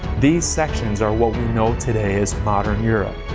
these sections are what we know today as modern europe.